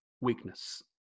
weakness